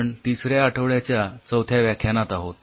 आपण तिसऱ्या आठवड्याच्या चौथ्या व्याख्यानात आहोत